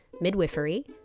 Midwifery